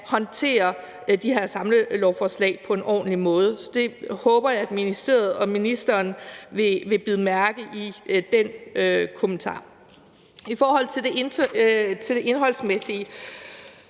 håndtere de her samlelovforslag på en ordentlig måde. Så den kommentar håber jeg at ministeriet og ministeren vil bide mærke i. I forhold til det indholdsmæssige